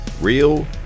real